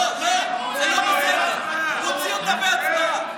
זה לא בסדר להוציא אותה בהצבעה.